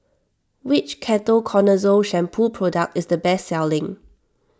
which Ketoconazole Shampoo product is the best selling